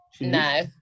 no